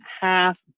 half